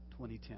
2010